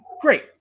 great